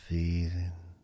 feeling